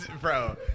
Bro